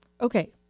okay